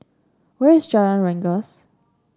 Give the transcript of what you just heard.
where is Jalan Rengas